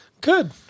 Good